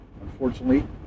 Unfortunately